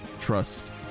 trust